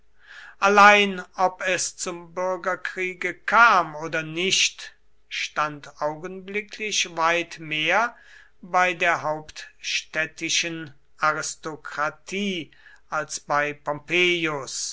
allein ob es zum bürgerkriege kam oder nicht stand augenblicklich weit mehr bei der hauptstädtischen aristokratie als bei